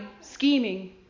scheming